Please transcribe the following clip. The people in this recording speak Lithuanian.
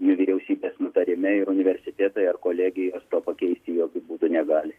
vyriausybės nutarime ir universitetai ar kolegijos to pakeisti jokiu būdu negali